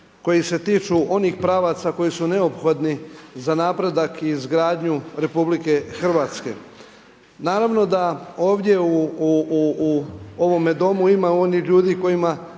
koji se tiču onih pravaca koji su neophodni za napredak i izgradnju Republike Hrvatske. Naravno da ovdje u ovome Domu ima onih ljudi kojima